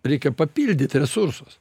reikia papildyt resursus